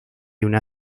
una